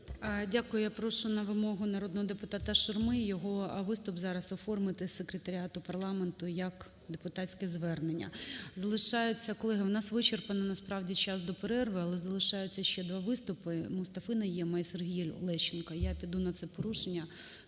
Дякую. Я прошу на вимогуШурми його виступ зараз оформити секретаріату парламенту як депутатське звернення. Колеги, у нас вичерпано насправді час до перерви, але залишається ще два виступи Мустафи Найєма і Сергія Лещенка. Я піду на це порушення